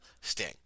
sting